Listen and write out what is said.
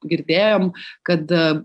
girdėjom kad